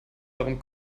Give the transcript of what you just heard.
darum